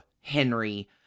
henry